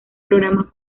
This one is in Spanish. programas